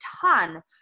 ton